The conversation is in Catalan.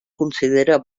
considera